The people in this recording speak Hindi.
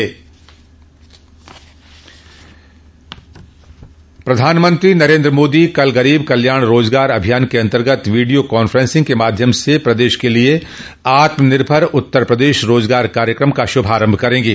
प्रधानमंत्री नरेन्द्र मोदी कल गरीब कल्याण रोजगार अभियान के अन्तर्गत वीडियो कांफ्रेंसिंग के माध्यम से प्रदेश के लिये आत्मनिर्भर उत्तर प्रदेश रोजगार कार्यक्रम का श्रभारम्भ करेंगे